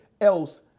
else